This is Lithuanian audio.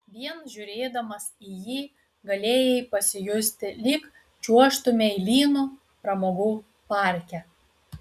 vien žiūrėdamas į jį galėjai pasijusti lyg čiuožtumei lynu pramogų parke